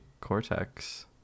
Cortex